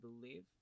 believe